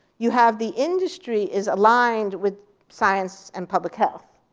you have the industry is aligned with science and public health.